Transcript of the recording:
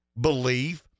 belief